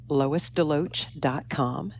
loisdeloach.com